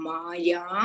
Maya